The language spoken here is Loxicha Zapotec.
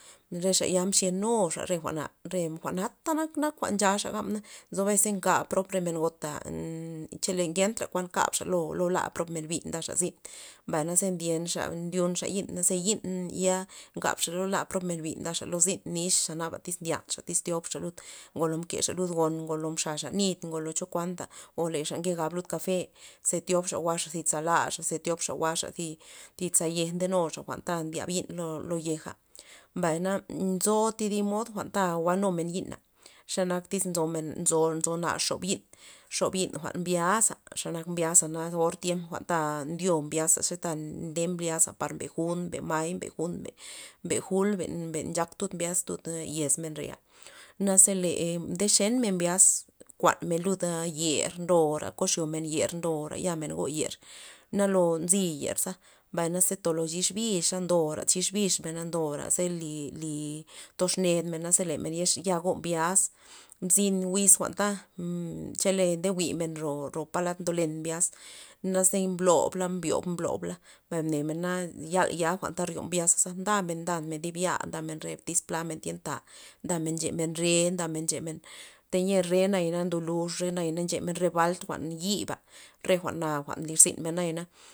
Re xa ya mxyen nuxa re jwa'na, re jwa'nata nak- nak jwa'n nchaxa nak gabmena nzo bes ngab prob re men gota chele ngentra kuan kabxa lo la prob men bi ndaxa zyn mbay naze ndyenxa ndyunxa yi'n na yi'n ya nkabxa lo la prob men bi ndaxa zyn nixa ndyanxa iz thi tyobxa lud ngolo mkexa ngon ngolo mxaxa nit ngolo cho kuanpa lexa nke gab lud kafe ze thiobxa jwa'xa laxa ze thiobxa jwa'xa zi za yej ndenuxa jwa'n ta ndyab yi'n lo- lo yeja, mbay nzo thi dib mod jwa'nta jwa'numen yi'na xanak tyz nzomen nzo nar xob yi'n xob yi'n jwa'n mbyaza xa nak byazana or tiemp jwa'nta ndyo mbyaza ta nde mbyaza par mbe jun mbe may mbe jun mbe jul ben nchak tud mbyaz tud yez men reya naze le e ndexen men mbyaz kuanmen lud'a yer ndora ko xyomen yer ndora yamen go yer na lo nzy yerza, mbay ze lo chix bixa ndora chix bix mena ndora ze li- li toxned menaza lemen ya go mbyaz mzyn wiz jwa'nta chele nde jwi'men ro- ro palad ndolen mbyaz neza blob byob blob mbay mne men yal jwa'nta ryo mbyaza ndamen- ndamen dib yal ndamen re tyz plamen tyenta ndamen nchemen re ndamen nchemen teyia re nayana ndo lux re nayana me bal jwa'nta yiba re jwa'na jwa'n nlir men nayana.